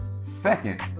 Second